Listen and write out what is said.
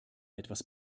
etwas